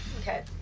okay